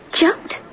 Jumped